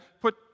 put